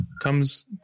comes